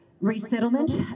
resettlement